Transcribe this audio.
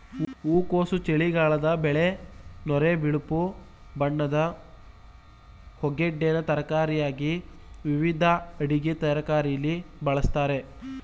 ಹೂಕೋಸು ಚಳಿಗಾಲದ ಬೆಳೆ ನೊರೆ ಬಿಳುಪು ಬಣ್ಣದ ಹೂಗೆಡ್ಡೆನ ತರಕಾರಿಯಾಗಿ ವಿವಿಧ ಅಡಿಗೆ ತಯಾರಿಕೆಲಿ ಬಳಸ್ತಾರೆ